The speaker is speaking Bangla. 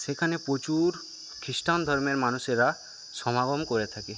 সেখানে প্রচুর খ্রিষ্টান ধর্মের মানুষেরা সমাগম করে থাকে